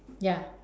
ya